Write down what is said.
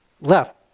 left